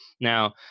Now